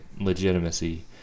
legitimacy